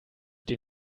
den